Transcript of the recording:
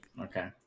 Okay